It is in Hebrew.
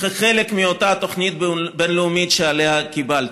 כחלק מאותה תוכנית בין-לאומית שעליה דיברתי.